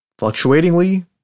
fluctuatingly